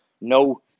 no